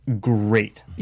great